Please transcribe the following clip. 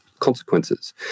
consequences